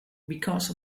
because